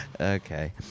Okay